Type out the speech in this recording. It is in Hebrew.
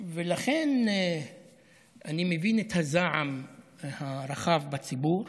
ולכן אני מבין את הזעם הרחב בציבור.